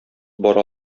бара